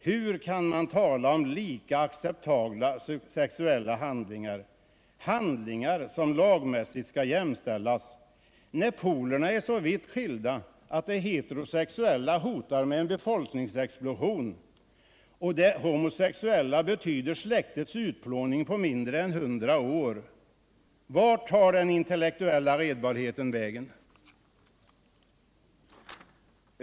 Hur kan man tala om ”lika acceptabla sexuella handlingar”, handlingar som ”lagmässigt skall jämställas”, när polerna är så vitt skilda att det heterosexuella hotar med en befolkningsexplosion och det homosexuella 52 betyder släktets utplåning på mindre än 100 år? Vart tar den intellektuella redbarheten vägen?